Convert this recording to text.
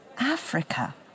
Africa